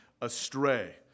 astray